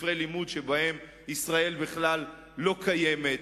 ספרי לימוד שבהם ישראל בכלל לא קיימת.